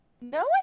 No